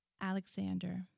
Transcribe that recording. Alexander